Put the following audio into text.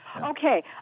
Okay